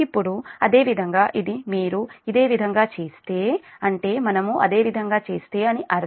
ఇప్పుడు అదేవిధంగా ఇది మీరు ఇదే విధంగా చేస్తే అంటే మనము అదేవిధంగా చేస్తే అని అర్థం